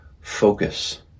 focus